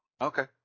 Okay